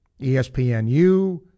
ESPNU